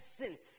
essence